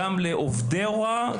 גם לעובדי ההוראה,